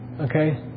okay